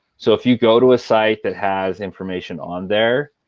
so if you go to a site that has information on there,